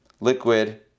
liquid